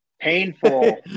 painful